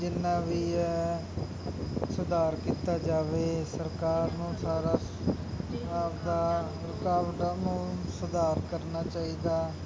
ਜਿੰਨਾ ਵੀ ਹੈ ਸੁਧਾਰ ਕੀਤਾ ਜਾਵੇ ਸਰਕਾਰ ਨੂੰ ਸਾਰਾ ਆਪਣਾ ਰੁਕਾਵਟਾਂ ਨੂੰ ਸੁਧਾਰ ਕਰਨਾ ਚਾਹੀਦਾ